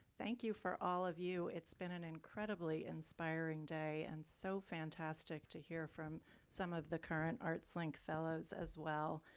thank you for all of you. it's been an incredibly inspiring day and so fantastic to hear from some of the current artslink fellows as well.